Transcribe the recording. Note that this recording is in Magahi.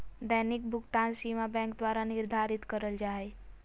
दैनिक भुकतान सीमा बैंक द्वारा निर्धारित करल जा हइ